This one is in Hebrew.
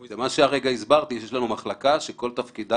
זה מה שהרגע הסברתי שיש לנו מחלקה שכל תפקידה